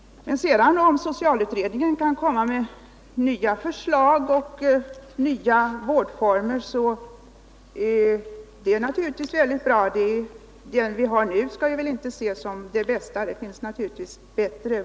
Om sedan socialutredningen kan komma med förslag till nya vårdformer är det naturligtvis mycket bra. De vi nu har skall naturligtvis inte betraktas som de bästa, utan det finns naturligtvis bättre.